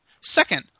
Second